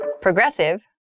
Progressive